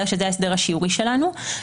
שזה ההסדר השיורי שלנו,